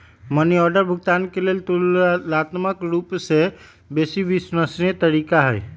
money order भुगतान के लेल ततुलनात्मक रूपसे बेशी विश्वसनीय तरीका हइ